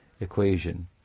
equation